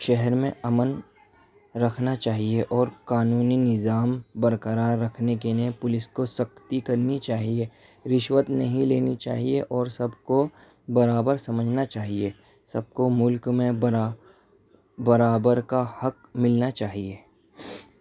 شہر میں امن رکھنا چاہیے اور قانونی نظام برقرار رکھنے کے لئے پولیس کو سختی کرنی چاہیے رشوت نہیں لینی چاہیے اور سب کو برابر سمجھنا چاہیے سب کو ملک میں برا برابر کا حق ملنا چاہیے